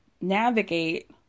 navigate